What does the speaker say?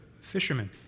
fishermen